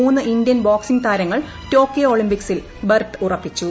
മൂന്ന് Indian boxing താരങ്ങൾ Tokyo ഒളിമ്പിക്സിൽ ബെർത്ത് ഉറപ്പിച്ചു